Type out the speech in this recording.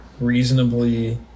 reasonably